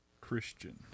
Christian